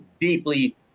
deeply